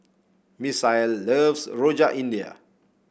Misael loves Rojak India